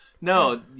No